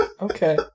Okay